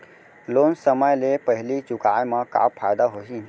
Loan समय ले पहिली चुकाए मा का फायदा होही?